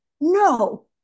no